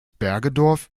bergedorf